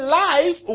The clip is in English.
life